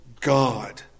God